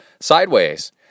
sideways